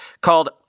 called